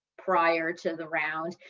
prior to the round.